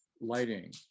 lighting